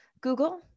Google